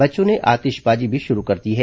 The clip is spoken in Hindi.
बच्चों ने आतिशबाजी भी शुरू कर दी है